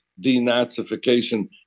denazification